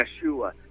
Yeshua